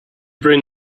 bring